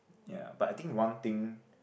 ya but I think one thing